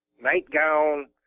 nightgown